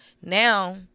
now